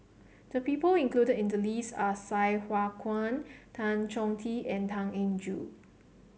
the people included in the list are Sai Hua Kuan Tan Chong Tee and Tan Eng Joo